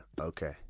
Okay